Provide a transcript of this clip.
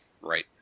right